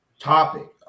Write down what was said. topic